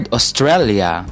Australia